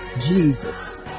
Jesus